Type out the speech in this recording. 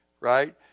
right